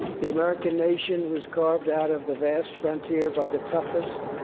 the american nation was carved out of the vast frontier by the toughest,